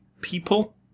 people